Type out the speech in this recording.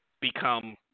become